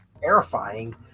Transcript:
terrifying